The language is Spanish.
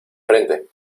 frente